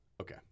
Okay